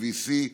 ב-VC,